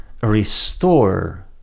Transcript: restore